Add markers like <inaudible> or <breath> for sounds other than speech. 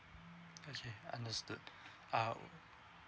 okay understood <breath> ah